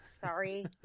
Sorry